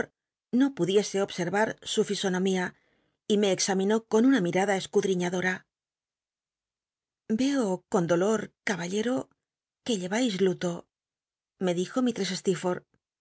no pudiese observar su fisonomía y me examinó con una mirada escudriñadora veo con dolor caballero que llcrais luto me dijo